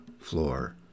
floor